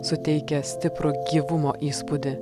suteikia stiprų gyvumo įspūdį